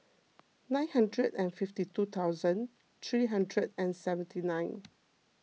nine hundred and fifty two thousand three hundred and seventy nine